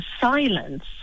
silence